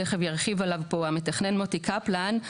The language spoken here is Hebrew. תיכף ירחיב עליו פה המתכנן מוטי קפלן,